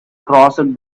crossed